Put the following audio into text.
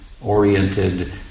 oriented